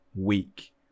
week